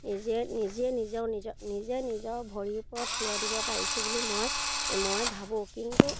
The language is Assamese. নিজে নিজে নিজেও নিজৰ নিজে নিজৰ ভৰিৰ ওপৰত থিয় দিব পাৰিছোঁ বুলি মই মই ভাবোঁ কিন্তু